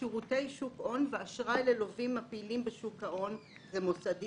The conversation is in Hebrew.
שירותי שוק הון ואשראי ללווים הפעילים בשוק ההון - מוסדיים,